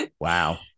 Wow